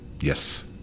yes